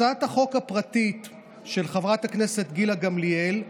הצעת החוק הפרטית של חברת הכנסת גילה גמליאל,